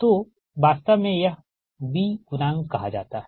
तो वास्तव में यह B गुणांक कहा जाता है